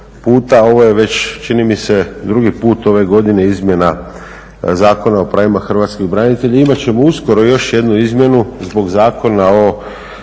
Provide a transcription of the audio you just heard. ovo je čini mi se već drugi puta ove godine izmjena Zakona o pravima hrvatskih branitelja, imat ćemo uskoro još jednu izmjenu zbog Zakona o